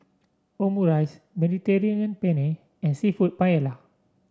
Omurice Mediterranean Penne and seafood Paella